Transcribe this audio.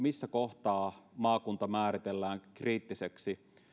missä kohtaa maakunta määritellään kriittiseksi